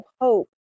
hope